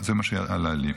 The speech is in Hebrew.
אבל זה מה שעלה לי: